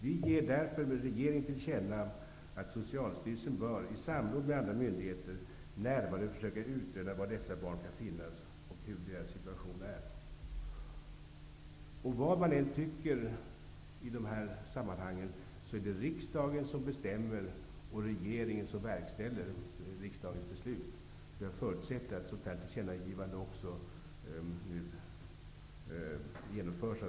Vi ger därför regeringen till känna att Socialstyrelsen bör, i samråd med andra myndigheter, närmare försöka utröna var dessa barn kan finnas och hur deras situation är. Vad man än tycker i dessa sammanhang är det riksdagen som bestämmer och regeringen som verkställer riksdagens beslut. Jag förutsätter att det som tillkännages till regeringen också genomförs.